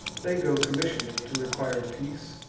they go commission'd to require a peace,